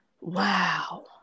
Wow